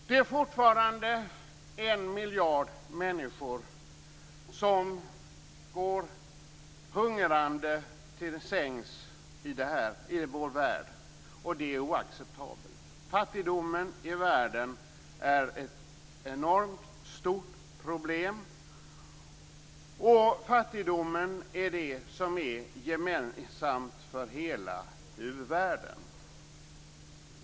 Det är fortfarande 1 miljard människor som går hungrande till sängs i vår värld, och det är oacceptabelt. Fattigdomen i världen är ett enormt stort problem, och fattigdomen är det som är gemensamt för hela u-världen.